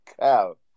cow